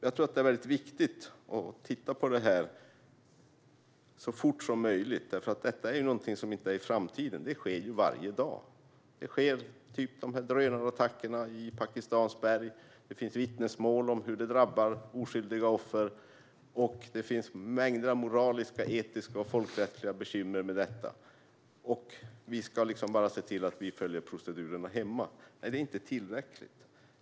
Jag tror att det är väldigt viktigt att titta på det här så fort som möjligt, därför att detta är någonting som inte sker i framtiden, utan det sker varje dag. Det finns vittnesmål om hur drönarattackerna i Pakistans berg drabbar oskyldiga offer. Det finns mängder av moraliska, etiska och folkrättsliga bekymmer med detta, men vi ska liksom bara se till att vi följer procedurerna hemma. Det är inte tillräckligt!